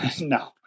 No